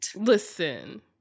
Listen